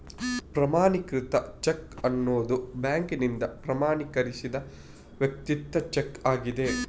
ಪ್ರಮಾಣೀಕೃತ ಚೆಕ್ ಅನ್ನುದು ಬ್ಯಾಂಕಿನಿಂದ ಪ್ರಮಾಣೀಕರಿಸಿದ ವೈಯಕ್ತಿಕ ಚೆಕ್ ಆಗಿದೆ